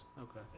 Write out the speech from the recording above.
Okay